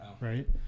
right